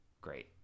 great